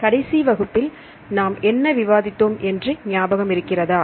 கடைசி வகுப்பில் நாம் என்ன விவாதித்தோம் என்று ஞாபகம் இருக்கிறதா